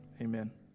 Amen